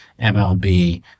MLB